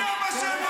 זה טבח.